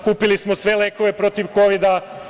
Kupili smo sve lekove protiv Kovida.